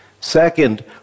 Second